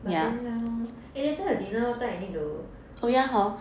eh later your dinner what time you need to